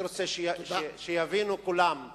אני רוצה שכולם יבינו: